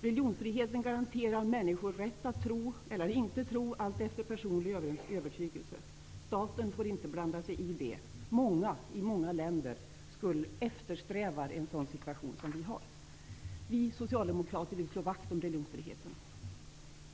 Religionsfriheten garanterar människor rätt att tro eller inte tro, alltefter personlig övertygelse. Staten får inte blanda sig i det. Många i andra länder eftersträvar den situation som vi har. Vi socialdemokrater vill slå vakt om religionsfriheten.